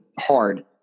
hard